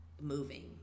moving